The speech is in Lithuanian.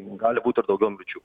gali būt ir daugiau mirčių